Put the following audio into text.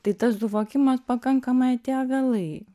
tai tas zuvokimas pakankamai atėjo vėlai